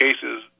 cases